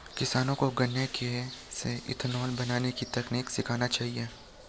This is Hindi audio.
किसानों को गन्ने से इथेनॉल बनने की तकनीक सीखना चाहिए